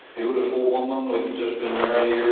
beautiful woman, we'd just been married